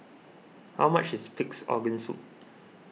how much is Pig's Organ Soup